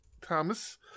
Thomas